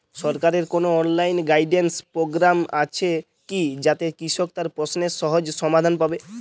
সরকারের কোনো online guidance programme আছে কি যাতে কৃষক তার প্রশ্নের সহজ সমাধান পাবে?